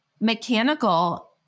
mechanical